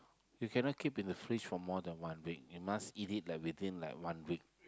you cannot keep in the fridge for more than one week you must eat it like within like one week